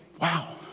Wow